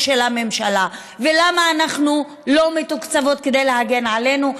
של הממשלה ולמה אנחנו לא מתוקצבות כדי להגן עלינו.